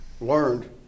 learned